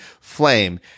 flame